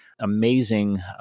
Amazing